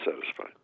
satisfied